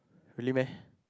really meh